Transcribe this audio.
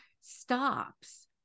stops